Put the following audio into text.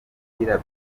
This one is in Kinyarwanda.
umupira